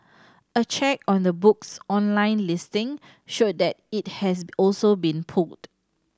a check on the book's online listing showed that it has also been pulled